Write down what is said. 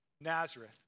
Nazareth